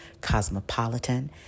Cosmopolitan